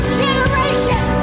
generation